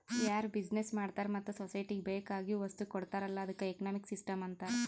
ಯಾರು ಬಿಸಿನೆಸ್ ಮಾಡ್ತಾರ ಮತ್ತ ಸೊಸೈಟಿಗ ಬೇಕ್ ಆಗಿವ್ ವಸ್ತು ಕೊಡ್ತಾರ್ ಅಲ್ಲಾ ಅದ್ದುಕ ಎಕನಾಮಿಕ್ ಸಿಸ್ಟಂ ಅಂತಾರ್